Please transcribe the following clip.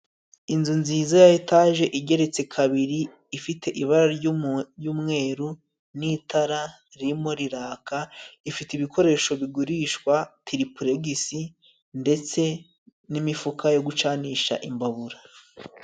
Inzu nziza ya etaje igeretse kabiri, ifite ibara ry'umu ry'umweru n'itara ririmo riraka. Ifite ibikoresho bigurishwa, tiripulegisi ndetse n'imifuka yo gucanisha imbabura.